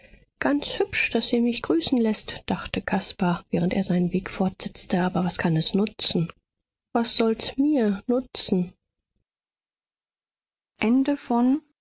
ganz hübsch daß sie mich grüßen läßt dachte caspar während er seinen weg fortsetzte aber was kann es nutzen was soll's mir nutzen